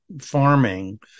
farming